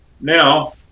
now